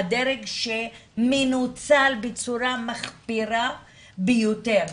הדרג שמנוצל בצורה מחפירה ביותר.